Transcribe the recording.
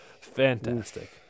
Fantastic